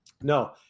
No